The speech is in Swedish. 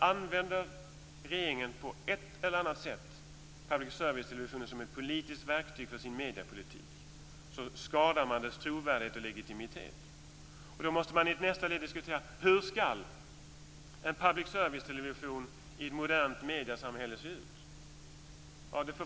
Använder regeringen på ett eller annat sätt public service-televisionen som ett politiskt verktyg för sin mediepolitik skadas dess trovärdighet och legitimitet. Då måste man i ett nästa led diskutera hur en public service-television i ett modernt mediesamhälle skall se ut.